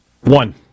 one